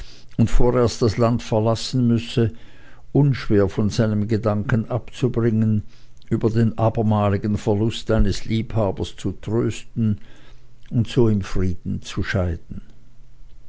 und vorerst das land verlassen müsse unschwer von seinen gedanken abzubringen über den abermaligen verlust eines liebhabers zu trösten und so im frieden zu scheiden